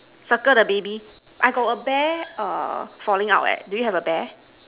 circle the baby I got a bear err falling out eh do you have a bear